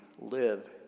live